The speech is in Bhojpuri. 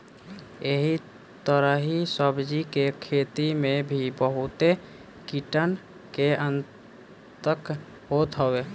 एही तरही सब्जी के खेती में भी बहुते कीटन के आतंक होत हवे